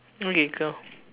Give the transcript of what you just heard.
okay go